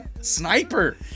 Sniper